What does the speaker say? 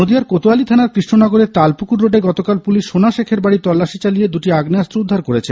নদীয়ার কোতোয়ালি থানার কৃষ্ণনগরের তালপুকুর রোডে গতকাল পুলিশ সোনা শেখের বাড়ি তল্লাশি চালিয়ে দুটি আগ্নেয়াস্ত্র উদ্ধার করেছে